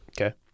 Okay